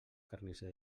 carnisser